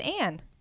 Anne